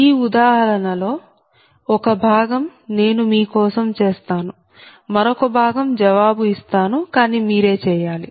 ఈ ఉదాహరణ లో ఒక భాగం నేను మీ కోసం చేస్తాను మరొక భాగం జవాబు ఇస్తాను కానీ మీరే చేయాలి